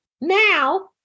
now